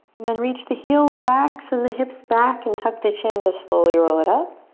then reach the heels back, so and the hips back, and tuck the chin to slowly roll it up.